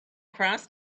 cross